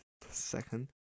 Second